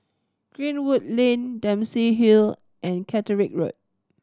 Greenwood Lane Dempsey Hill and Catterick Road